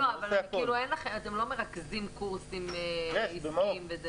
אתם לא מרכזים קורסים עסקיים?